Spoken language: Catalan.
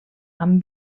amb